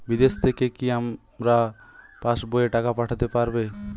বিদেশ থেকে কি আমার পাশবইয়ে টাকা পাঠাতে পারবে?